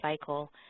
cycle